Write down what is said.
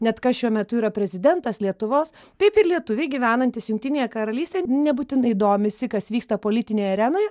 net kas šiuo metu yra prezidentas lietuvos taip ir lietuviai gyvenantys jungtinėje karalystėje nebūtinai domisi kas vyksta politinėje arenoje